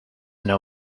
know